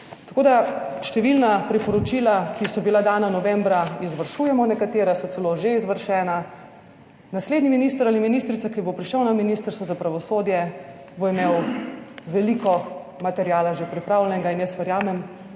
Tako, da številna priporočila, ki so bila dana novembra izvršujemo, nekatera so celo že izvršena. Naslednji minister ali ministrica, ki bo prišel na Ministrstvo za pravosodje, bo imel veliko materiala že pripravljenega in jaz verjamem,